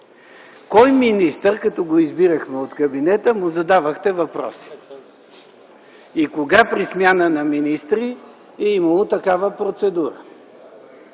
от кабинета, като го избирахме, му задавахте въпроси и кога при смяна на министри е имало такава процедура?